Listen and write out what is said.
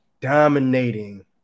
dominating